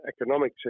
economic